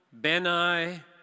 Benai